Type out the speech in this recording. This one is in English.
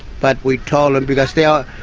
but we told them. because they are,